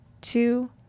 two